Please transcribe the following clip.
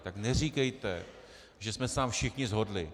Tak neříkejte, že jsme se tam všichni shodli.